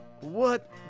What-